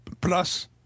plus